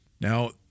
Now